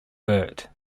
burt